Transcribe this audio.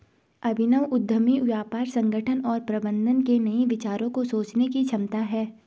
अभिनव उद्यमी व्यापार संगठन और प्रबंधन के नए विचारों को सोचने की क्षमता है